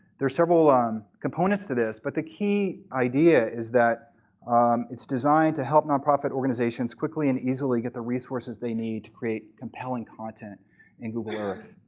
there's several um components to this. but the key idea is that it's designed to help nonprofit organizations quickly and easily get the resources they need to create compelling content in google earth.